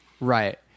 Right